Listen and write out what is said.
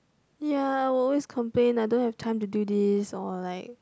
ya I will always complain I don't have time to do this or like